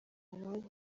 amabanki